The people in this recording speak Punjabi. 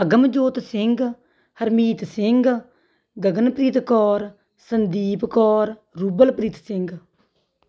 ਅਗਮਜੋਤ ਸਿੰਘ ਹਰਮੀਤ ਸਿੰਘ ਗਗਨਪ੍ਰੀਤ ਕੌਰ ਸੰਦੀਪ ਕੌਰ ਰੁਬਲਪ੍ਰੀਤ ਸਿੰਘ